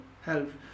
help